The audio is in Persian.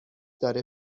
داره